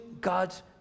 God's